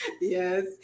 Yes